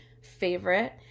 favorite